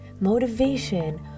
Motivation